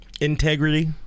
integrity